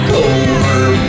over